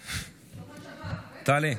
טלי.